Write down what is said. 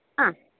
ആ